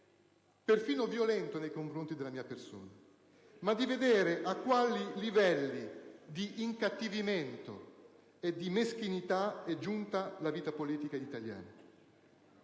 perfino violento, nei confronti della mia persona, ma di vedere a quali livelli di incattivimento e di meschinità è giunta la vita politica italiana.